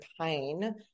pain